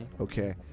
okay